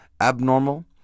abnormal